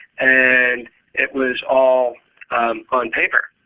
and it was all on paper.